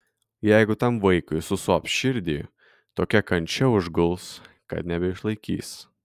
jeigu tam vaikui susops širdį tokia kančia užguls kad nebeišlaikys